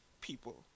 people